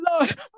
Lord